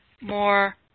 more